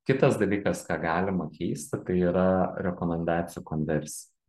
kitas dalykas ką galima keisti tai yra rekomendacijų konversi